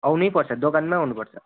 आउनै पर्छ दोकानमा आउनु पर्छ